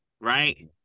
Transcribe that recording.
right